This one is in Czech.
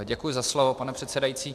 Děkuji za slovo, pane předsedající.